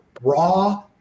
raw